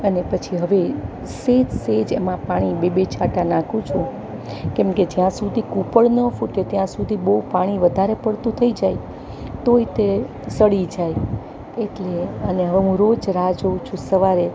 અને પછી હવે સહેજ સહેજ એમાં પાણી બે બે છાંટા નાખું છું કેમ કે જ્યાં સુધી કૂંપળ ન ફૂટે ત્યાં સુધી બહુ પાણી વધારે પડતું થઈ જાય તોય તે સડી જાય એટલે અને હવે હું રોજ રાહ જોઉં છું સવારે